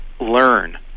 learn